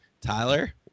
Tyler